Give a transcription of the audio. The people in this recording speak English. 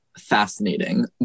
fascinating